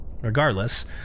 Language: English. Regardless